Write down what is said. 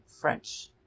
French